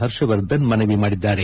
ಹರ್ಷವರ್ಧನ್ ಮನವಿ ಮಾಡಿದ್ದಾರೆ